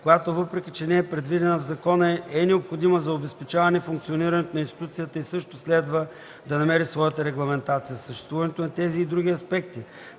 която, въпреки че не е предвидена в закона, е необходима за обезпечаване функционирането на институцията и също следва да намери своята регламентация. Съществуването на тези и други аспекти